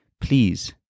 please